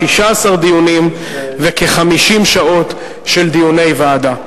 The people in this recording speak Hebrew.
16 דיונים וכ-50 שעות של דיוני ועדה.